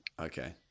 Okay